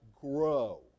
grow